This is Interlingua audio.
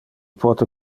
pote